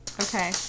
Okay